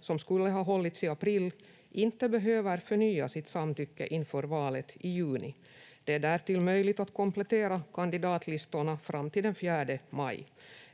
som skulle ha hållits i april inte behöver förnya sitt samtycke inför valet i juni. Det är därtill möjligt att komplettera kandidatlistorna fram till den 4 maj.